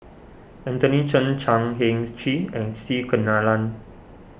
Anthony Chen Chan Heng Chee and C Kunalan